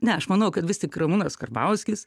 ne aš manau kad vis tik ramūnas karbauskis